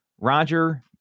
Roger